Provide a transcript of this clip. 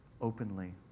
openly